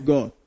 God